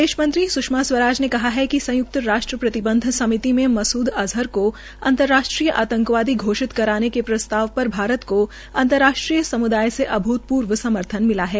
विदेश मंत्री स्ष्मा स्वराज ने कहा है कि संय्क्त राष्ट्र प्रतिबंध समिति में मसूल को अंतर्राष्ट्रीय आतंकवादी घोषित कराने के प्रस्ताव पर भारत को अंतर्राष्ट्रीय समुदाय से अभूपूर्व समर्थन मिला है